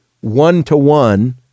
one-to-one